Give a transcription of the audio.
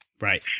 Right